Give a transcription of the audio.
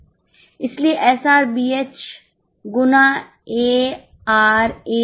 इसलिए एसआरबीएच